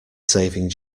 saving